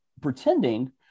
pretending